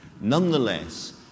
Nonetheless